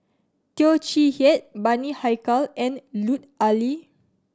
Teo Chee Hean Bani Haykal and Lut Ali